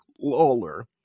Lawler